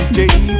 day